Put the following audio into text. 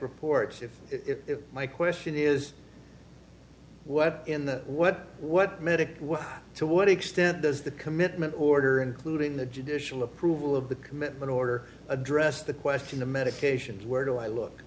reports if my question is what in the what what medic to what extent does the commitment order including the judicial approval of the commitment order address the question the medications where do i look